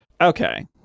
Okay